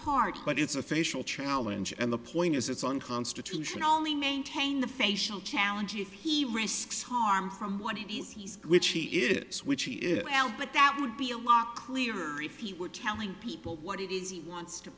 part but it's a facial challenge and the point is it's unconstitutionally maintain the facial challenge and he risks harm from what it is he's which he is which he is but that would be a lot clearer if he were telling people what it is he wants to